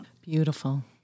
Beautiful